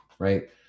right